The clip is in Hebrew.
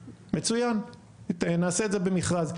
מצוין, נעשה את זה במכרז.